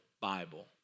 Bible